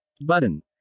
Button